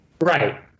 right